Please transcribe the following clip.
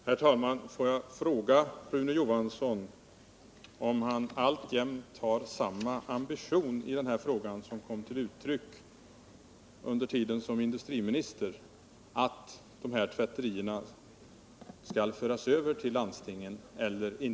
Herr talman! Har Rune Johansson alltjämt samma ambition i denna fråga som kom till uttryck under hans tid såsom industriminister, nämligen att dessa tvätterier skall föras över på landstingen?